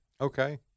Okay